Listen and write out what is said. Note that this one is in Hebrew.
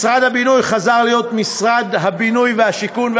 משרד הבינוי חזר להיות משרד הבינוי והשיכון,